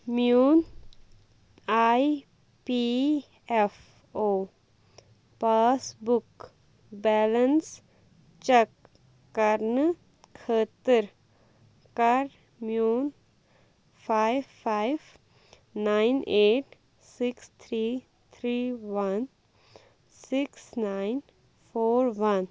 میٛون E P F O passbook balance check کرنہٕ خٲطٕر کر میٛون five five nine eight six three three one six nine four وَن